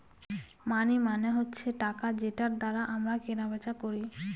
মানি মানে হচ্ছে টাকা যেটার দ্বারা আমরা কেনা বেচা করি